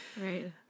Right